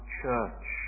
church